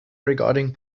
regarding